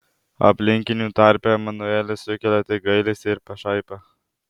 aplinkinių tarpe emanuelis sukelia tik gailestį ir pašaipą